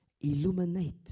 illuminate